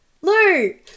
Lou